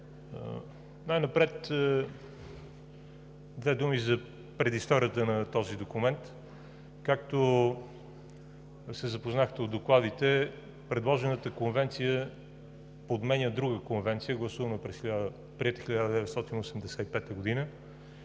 Най-напред, две думи за предисторията на този документ. Както се запознахте от докладите, Предложената конвенция подменя друга Конвенция, приета през 1985 г.,